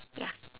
ya